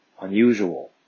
unusual